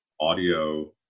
audio